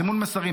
סימון מסרים,